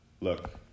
look